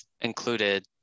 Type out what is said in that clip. included